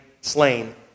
slain